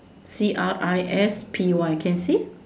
C R I S P Y can see